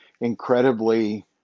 incredibly